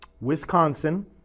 Wisconsin